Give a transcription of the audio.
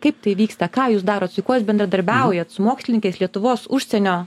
kaip tai vyksta ką jūs darot su kuo jūs bendradarbiaujat su mokslininkais lietuvos užsienio